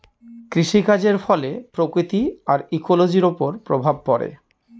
কৃষিকাজের ফলে প্রকৃতি আর ইকোলোজির ওপর প্রভাব পড়ে